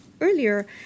earlier